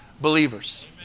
believers